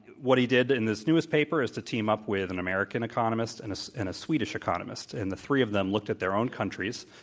what he did in this newest paper is to team up with an american economist and and a swedish economist. and the three of them looked at their own countries,